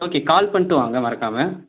okay call பண்ணிட்டு வாங்க மறக்காமல்